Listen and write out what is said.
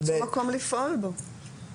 ובחוקים החדשים של סעיפי ניגוד עניינים.